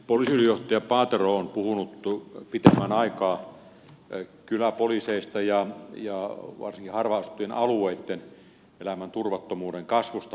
poliisiylijohtaja paatero on puhunut pitemmän aikaa kyläpoliiseista ja varsinkin harvaan asuttujen alueitten elämän turvattomuuden kasvusta